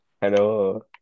hello